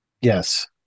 Yes